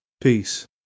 Peace